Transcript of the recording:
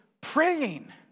praying